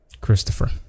christopher